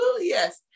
yes